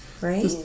Right